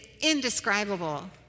indescribable